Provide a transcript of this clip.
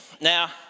Now